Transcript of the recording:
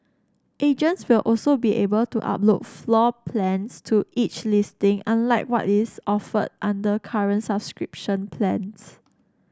agents will also be able to upload floor plans to each listing unlike what is offered under current subscription plans